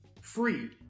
free